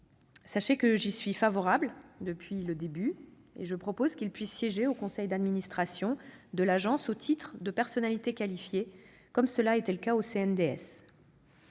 Sachez que j'y suis favorable depuis le début. Je propose qu'ils puissent siéger au conseil d'administration de l'Agence au titre de personnalités qualifiées, comme cela était le cas au CNDS.